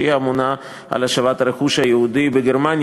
שממונה על השבת הרכוש היהודי בגרמניה